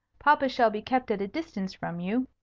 papa shall be kept at a distance from you,